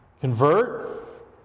Convert